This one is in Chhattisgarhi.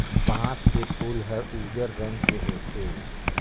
बांस के फूल हर उजर रंग के होथे